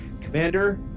Commander